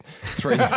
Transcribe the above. three